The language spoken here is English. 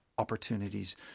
opportunities